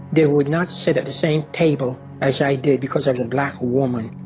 they would not sit at the same table as i did because i'm a black woman.